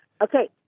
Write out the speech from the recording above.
Okay